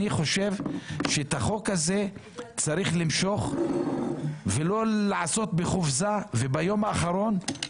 אני חושב שאת החוק הזה צריך למשוך ולא לעשות בחופזה וביום האחרון.